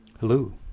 Hello